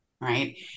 right